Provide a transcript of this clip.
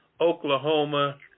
Oklahoma